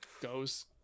goes